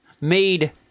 made